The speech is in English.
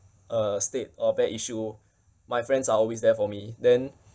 uh state or bad issue my friends are always there for me then